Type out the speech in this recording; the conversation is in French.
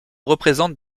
représentent